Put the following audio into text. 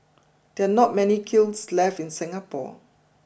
there are not many kilns left in Singapore